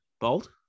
Bold